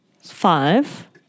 five